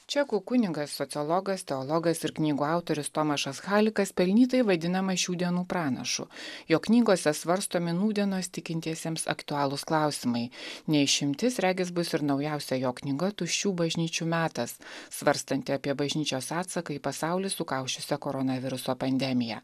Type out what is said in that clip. čekų kunigas sociologas teologas ir knygų autorius tomašas halikas pelnytai vadinamas šių dienų pranašu jo knygose svarstomi nūdienos tikintiesiems aktualūs klausimai ne išimtis regis bus ir naujausia jo knyga tuščių bažnyčių metas svarstanti apie bažnyčios atsaką į pasaulį sukausčiusią koronaviruso pandemiją